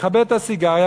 מכבה את הסיגריה,